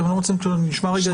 אתם לא רוצים שנשמע רגע את המשטרה?